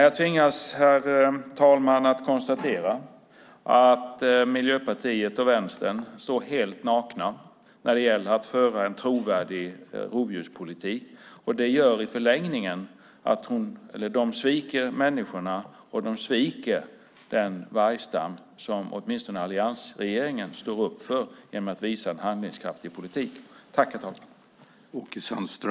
Jag tvingas konstatera, herr talman, att Miljöpartiet och Vänstern står helt nakna när det gäller att föra en trovärdig rovdjurspolitik. Det innebär i förlängningen att de sviker människorna och också den vargstam som åtminstone alliansregeringen genom en handlingskraftig politik står upp för.